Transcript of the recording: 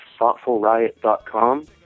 thoughtfulriot.com